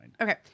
Okay